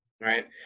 right